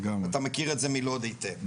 אתה מכיר את זה מלוד היטב.